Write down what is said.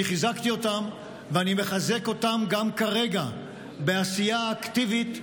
אני חיזקתי אותם ואני מחזק אותם גם כרגע בעשייה אקטיבית,